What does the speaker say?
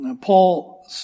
Paul